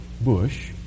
Bush